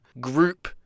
group